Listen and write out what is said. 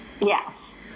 Yes